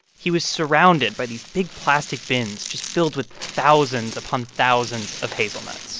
he was surrounded by these big plastic bins just filled with thousands upon thousands of hazelnuts